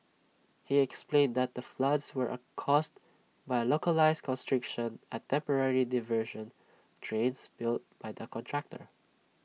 he explained that the floods were A caused by A localised constriction at temporary diversion drains built by the contractor